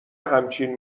همچین